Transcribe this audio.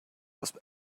was